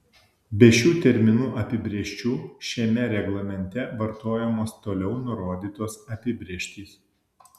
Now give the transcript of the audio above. be šių terminų apibrėžčių šiame reglamente vartojamos toliau nurodytos apibrėžtys